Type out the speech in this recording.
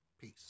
Peace